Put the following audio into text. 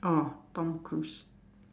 oh Tom Cruise